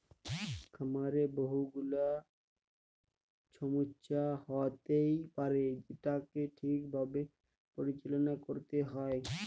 খামারে বহু গুলা ছমস্যা হ্য়য়তে পারে যেটাকে ঠিক ভাবে পরিচাললা ক্যরতে হ্যয়